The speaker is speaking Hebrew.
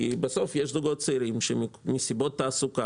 בסוף יש זוגות צעירים שמסיבות תעסוקה